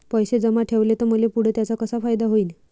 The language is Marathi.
पैसे जमा ठेवले त मले पुढं त्याचा कसा फायदा होईन?